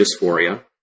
dysphoria